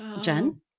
Jen